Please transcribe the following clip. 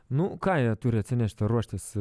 na ką jie turi atsinešti ruoštis